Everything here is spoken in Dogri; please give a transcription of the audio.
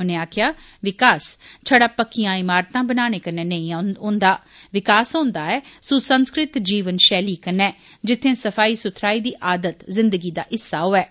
उनें आक्खेआ विकास छड़ा पक्कियां ईमारतां बनाने कन्नै नेई होंदा विकास होन्दा ऐ सुसंस्कृत जीवन शैली कन्नै जित्थें सफाई सुथराई दी आदम जिंदगी दा हिस्सा होवै